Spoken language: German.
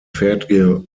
fertige